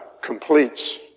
completes